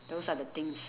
those are the things